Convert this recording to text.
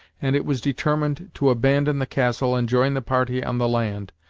and it was determined to abandon the castle and join the party on the land,